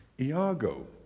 Iago